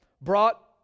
brought